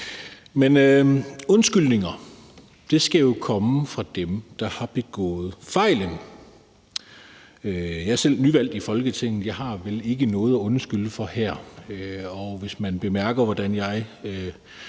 Undskyldninger skal jo komme fra dem, der har begået fejlen. Jeg er selv nyvalgt i Folketinget, og jeg har vel ikke noget at undskylde for her.